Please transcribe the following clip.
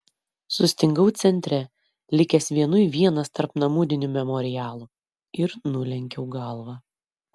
sustingau centre likęs vienui vienas tarp namudinių memorialų ir nulenkiau galvą